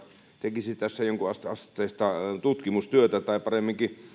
tekisi tässä jonkunasteista tutkimustyötä tai paremminkin